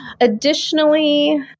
Additionally